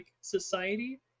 society